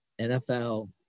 NFL